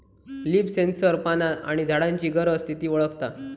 leaf sensor पाना आणि झाडांची गरज, स्थिती वळखता